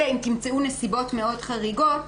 אלא אם תמצאו נסיבות מאוד חריגות